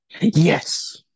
yes